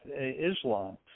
Islam